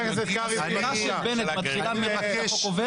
אני מבקש להגן על זכות הדיבור שלי.